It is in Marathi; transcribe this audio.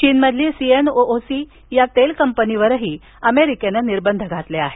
चीनमधील सीएनओओसी या तेल कंपनीवरही अमेरिकेनं निर्बंध घातले आहेत